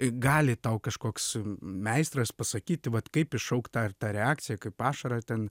gali tau kažkoks meistras pasakyti vat kaip iššaukt tą ir tą reakciją kaip ašarą ten